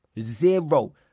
Zero